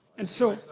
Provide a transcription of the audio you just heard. and so.